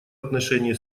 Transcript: отношении